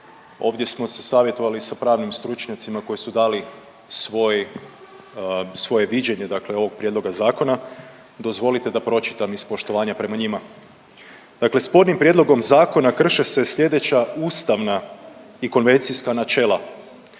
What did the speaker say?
ovdje smo se savjetovali sa pravnim stručnjacima koji su dali svoj, svoje viđenje dakle ovog prijedloga zakona, dozvolite da pročitam iz poštovanja prema njima. Dakle, spornim prijedlogom zakona krše se slijedeća ustavna i konvencijska načela.